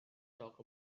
talk